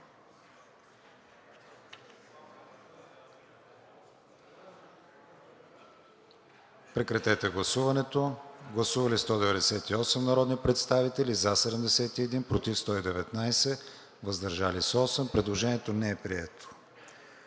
прегласуване. Гласували 196 народни представители: за 54, против 119, въздържали се 23. Предложението не е прието.